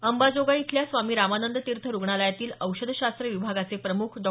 अंबाजोगाई इथल्या स्वामी रामानंद तीर्थ रुग्णालयातील औषधशास्त्र विभागाचे प्रमुख डॉ